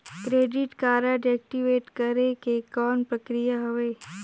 Credit card active करे के कौन प्रक्रिया हवे?